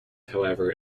however